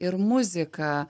ir muzika